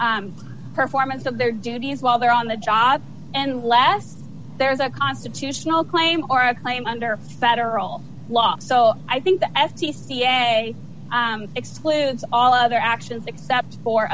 a performance of their duties while they're on the job and last there is a constitutional claim or a claim under federal law so i think the f c c a excludes all other actions except for